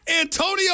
Antonio